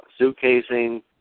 suitcasing